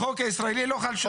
החוק הישראלי לא חל שם.